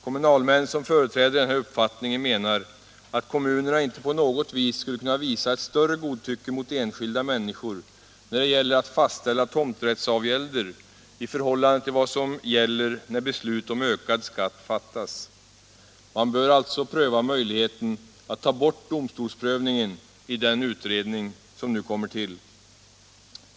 Kommunalmän som företräder den här uppfattningen menar, att kommunerna inte på något sätt skulle kunna visa ett större godtycke mot enskilda människor när det gäller att fastställa tomträttsavgälder än de kan göra när beslut om ökad skatt fattas. Man bör alltså överväga möjligheten att ta bort domstolsprövningen i den utredning som nu kommer.